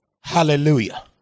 Hallelujah